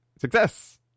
Success